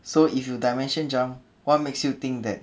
so if you dimension jump what makes you think that